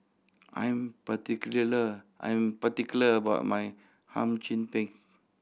I'm I'm particular about my Hum Chim Peng